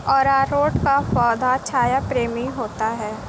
अरारोट का पौधा छाया प्रेमी होता है